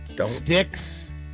Sticks